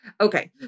Okay